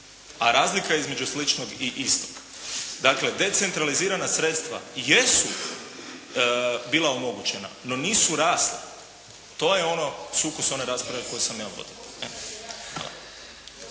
A razlika između sličnog i istog. Dakle, decentralizirana sredstva jesu bila omogućena, no nisu rasla. To je ono sukus one rasprave koju sam ja vodio.